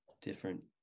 different